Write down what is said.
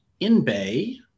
InBay